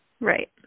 Right